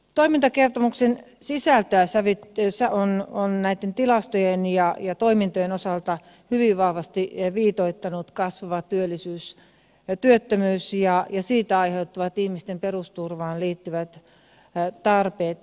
toimintakertomuksen sisältöä on näitten tilastojen ja toimintojen osalta hyvin vahvasti viitoittanut kasvava työttömyys ja siitä aiheutuvat ihmisten perusturvaan liittyvät tarpeet